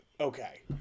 Okay